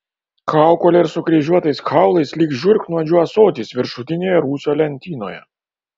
kaukole ir sukryžiuotais kaulais lyg žiurknuodžių ąsotis viršutinėje rūsio lentynoje